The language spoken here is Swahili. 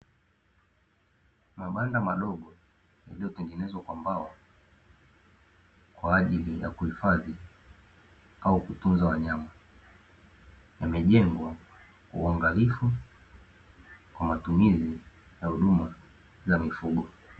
Mabanda madogo yaliyotengenezwa kwa mbao kwaajili ya kuhifadhi au kutunza wanyama. Yamejengwa kwa uangalifu kwa matumizi na huduma za mifugo.